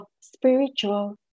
spiritual